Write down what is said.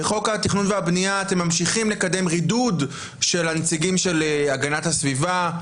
בחוק התכנון והבנייה אתם ממשיכים לקדם רידוד של הנציגים של הגנת הסביבה,